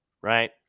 right